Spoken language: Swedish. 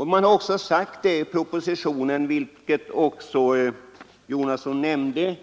I proposition 62 har också vilket herr Jonasson nämnde